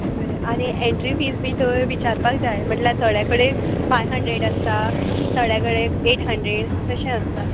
बरें आनी entry fees बी थंय विचारपाक जाय म्हटल्यार थोडे कडेन फाय्व हणड्रॅड आसता थोड्या कडेन एट हणड्रॅड तशें आसता